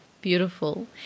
beautiful